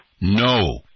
No